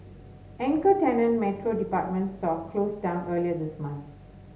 anchor tenant Metro department store closed down earlier this month